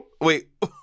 Wait